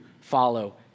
follow